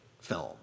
film